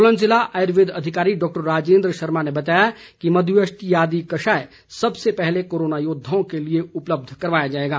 सोलन ज़िला आय़र्वेद अधिकारी डॉ राजेंद्र शर्मा ने बताया कि मध्यष्टियादि कषाय सबसे पहले कोरोना यौद्वाओं के लिए उपलब्ध करवाया जाएगा